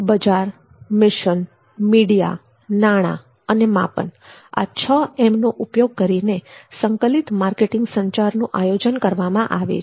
બજાર mission media નાણાં અને માપન આ 6 છ એમ નો ઉપયોગ કરીને સંકલિત માર્કેટીંગ સંચારનું આયોજન કરવામાં આવે છે